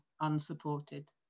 unsupported